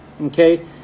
okay